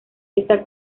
esta